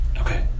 Okay